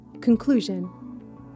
Conclusion